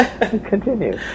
Continue